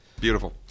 Beautiful